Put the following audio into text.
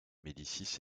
médicis